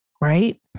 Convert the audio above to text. right